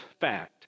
fact